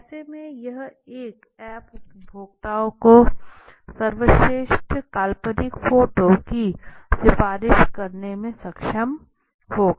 ऐसे में यह ऐप उपभोक्ता को सर्वश्रेष्ठ काल्पनिक फोटो की सिफारिश करने में सक्षम होगा